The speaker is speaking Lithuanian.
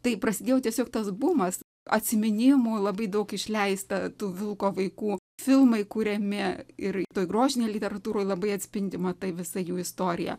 tai prasidėjo tiesiog tas bumas atsiminimų labai daug išleista vilko vaikų filmai kuriami ir grožinėj literatūroj labai atspindima ta visą jų istoriją